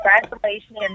Congratulations